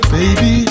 Baby